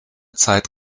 zeit